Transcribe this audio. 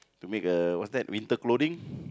to make the what's that winter clothing